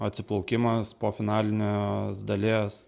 atsiplaukimas po finalinio dalies